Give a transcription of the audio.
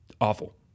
awful